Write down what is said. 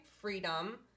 freedom